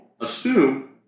assume